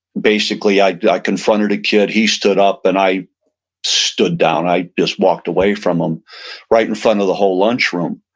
basically, i i confronted a kid, he stood up and i stood down. i just walked away from him right in front of the whole lunch room.